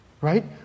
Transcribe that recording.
Right